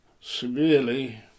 severely